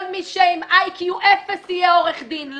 כל מי שעם IQ אפס יהיה עורך דין,